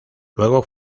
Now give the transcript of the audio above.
luego